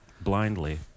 blindly